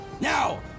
Now